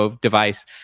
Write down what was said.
device